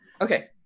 Okay